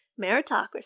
meritocracy